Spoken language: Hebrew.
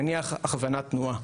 נניח הכוונת תנועה.